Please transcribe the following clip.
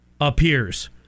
appears